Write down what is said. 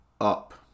up